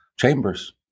chambers